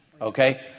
okay